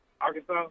Arkansas